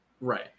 right